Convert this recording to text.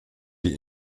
die